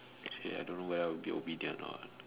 actually I don't know whether I'll be obedient or not